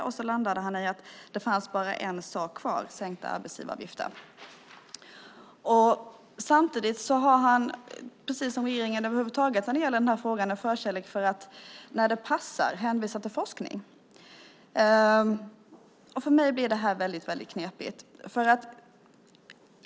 Sedan landade han i att det fanns bara en sak kvar, nämligen sänkta arbetsgivaravgifter. Precis som regeringen över huvud taget i den här frågan har arbetsmarknadsministern en förkärlek för att när det passar hänvisa till forskning. För mig blir det knepigt.